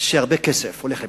שהרבה כסף הולך לביטחון.